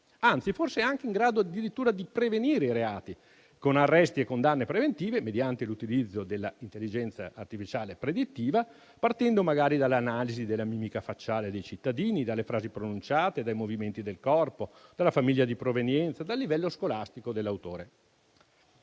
anzi, forse è anche addirittura in grado di prevenire i reati con arresti e condanne preventive, mediante l'utilizzo dell'intelligenza artificiale predittiva, partendo magari dall'analisi della mimica facciale dei cittadini, dalle frasi pronunciate, dai movimenti del corpo, dalla famiglia di provenienza, dal livello scolastico dell'autore.